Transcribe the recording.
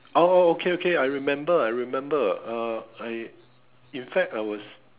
oh oh okay okay I remember I remember uh I in fact I was